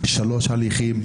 שלושה הליכים?